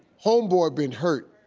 home boy been hurt.